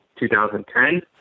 2010